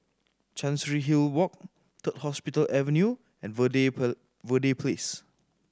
Chancery Hill Walk Third Hospital Avenue and Verde Verde Place